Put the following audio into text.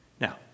Now